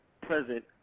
present